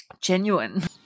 genuine